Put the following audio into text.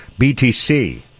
BTC